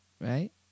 Right